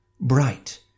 Bright